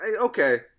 Okay